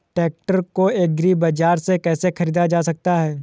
Tractor को agri बाजार से कैसे ख़रीदा जा सकता हैं?